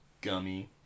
Gummy